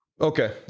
Okay